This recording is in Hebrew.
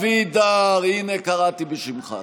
הכנסת אבידר, הינה, קראתי בשמך.